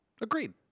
Agreed